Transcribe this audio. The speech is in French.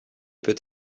peut